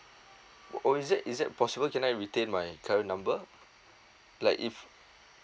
oh is it is it possible can I retain my current number like if